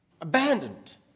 abandoned